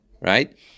right